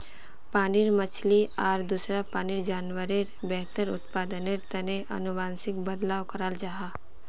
पानीर मछली आर दूसरा पानीर जान्वारेर बेहतर उत्पदानेर तने अनुवांशिक बदलाव कराल जाहा